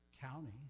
county